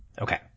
Okay